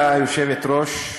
גברתי היושבת-ראש,